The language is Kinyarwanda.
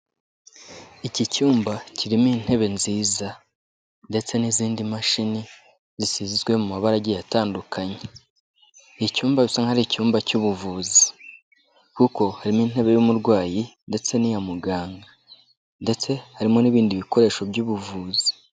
iki cyumba kirimo intebe nziza, ndetse n'izindi mashini zisizwe mu mabara agiye atandukanye. Icyumba bisa nkaho ari icyumba cy'ubuvuzi, kuko harimo intebe y'umurwayi ndetse n'iya muganga. Ndetse harimo n'ibindi bikoresho by'ubuvuzi.